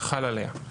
חל עליה.